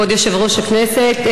כבוד יושב-ראש הכנסת,